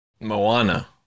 Moana